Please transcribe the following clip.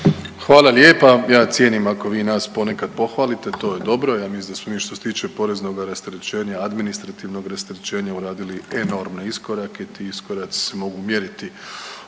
Hvala lijepa. Ja cijenim ako vi nas ponekad pohvalite, to je dobro, ja mislim da smo mi što se tiče poreznog rasterećenja, administrativnog rasterećenja uradili enormne iskorake. Ti iskoraci se mogu mjeriti